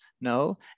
No